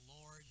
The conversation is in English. Lord